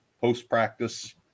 post-practice